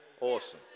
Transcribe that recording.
Awesome